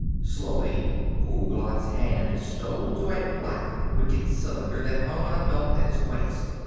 slowly ouglat's hand stole to a black, wicked cylinder that hung on a belt at his waist.